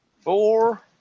Four